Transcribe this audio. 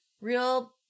real